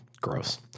gross